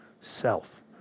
self